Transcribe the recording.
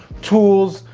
tools,